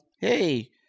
hey